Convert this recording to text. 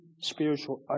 spiritual